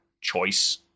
choice